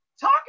Talk